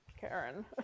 Karen